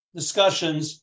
discussions